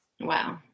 Wow